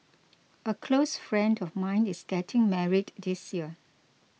a close friend of mine is getting married this year